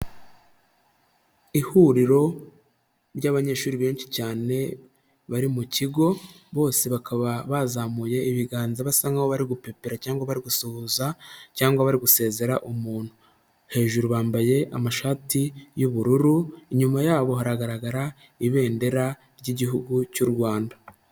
Ihuriro ry'abanyeshuri benshi cyane bari mu kigo, bose bakaba bazamuye ibiganza, basa nka ho bari gupepera cyangwa bari gusuhuza cyangwa bari gusezera umuntu, hejuru bambaye amashati y'ubururu, inyuma yabo hagaragara ibendera ry'Igihugu cy'u Rwanda.